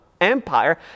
empire